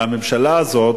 והממשלה הזאת,